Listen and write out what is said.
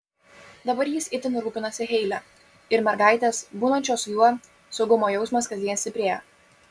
dabar jis itin rūpinasi heile ir mergaitės būnančios su juo saugumo jausmas kasdien stiprėja